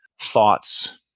thoughts